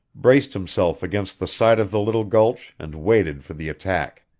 braced himself against the side of the little gulch, and waited for the attack.